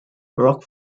rock